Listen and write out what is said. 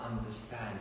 understand